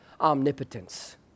omnipotence